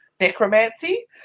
necromancy